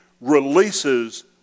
releases